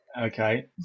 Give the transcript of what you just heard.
Okay